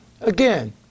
Again